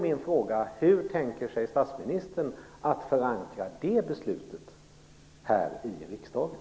Min fråga är: Hur tänker sig statsministern att förankra det beslutet här i riksdagen?